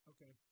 Okay